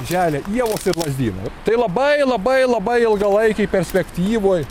želia ievos ir lazdynai tai labai labai labai ilgalaikėj perspektyvoj